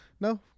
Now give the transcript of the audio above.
No